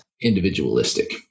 individualistic